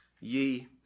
ye